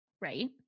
Right